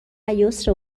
الیسر